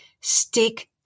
stick